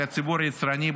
על הציבור היצרני,